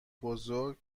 بزرگ